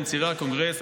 בין צירי הקונגרס,